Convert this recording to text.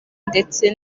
ndetse